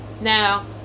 now